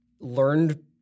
learned